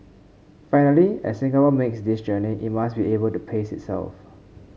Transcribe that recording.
finally as Singapore makes this journey it must be able to pace itself